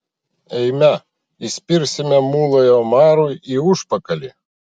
eime įspirsime mulai omarui į užpakalį